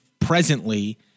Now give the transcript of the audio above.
presently